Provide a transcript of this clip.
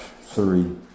Three